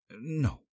No